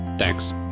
Thanks